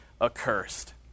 accursed